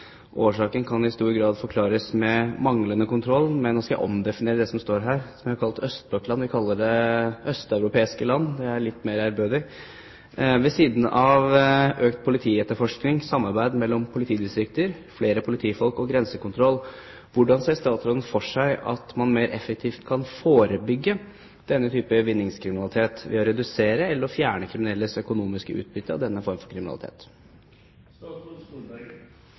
Årsaken kan i stor grad forklares med manglende kontroll med omreisende bander fra bl.a. tidligere østblokkland.» Nå vil jeg omdefinere det som står her, som jeg har kalt østblokkland; jeg vil kalle det østeuropeiske land – det er litt mer ærbødig. «Ved siden av økt politietterforskning, samarbeid mellom politidistrikter, flere politifolk og grensekontroll, hvordan ser statsråden for seg at man mer effektivt kan forebygge denne type vinningskriminalitet ved å redusere eller fjerne kriminelles økonomiske utbytte av denne form for